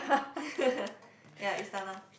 ya Istana